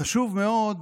חשוב מאוד,